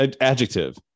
Adjective